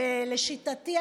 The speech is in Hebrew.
לשיטתי,